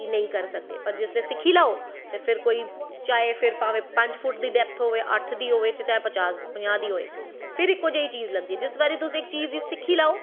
कि नेंई करी सकदे पर जिसलै सिक्खी लैओ ते फिर कोई चाहे पंज फुट्ट दी डैप्थ होए अट्ठ दी होऐ जां पज़ांह् दी होऐ फिर इक्को जेही चीज़ लगदी ऐ जिसलै तुस इक्को चीज़ गी तुस सिक्खी लैओ